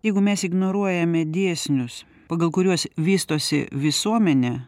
jeigu mes ignoruojame dėsnius pagal kuriuos vystosi visuomenė